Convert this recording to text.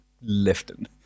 lifting